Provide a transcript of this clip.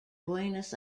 buenos